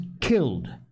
killed